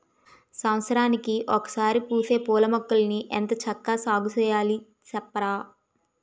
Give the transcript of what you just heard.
సంవత్సరానికి ఒకసారే పూసే పూలమొక్కల్ని ఎంత చక్కా సాగుచెయ్యాలి సెప్పరా?